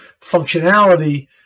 functionality